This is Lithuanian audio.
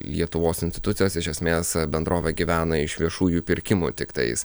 lietuvos institucijos iš esmės bendrovė gyvena iš viešųjų pirkimų tiktais